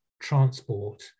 transport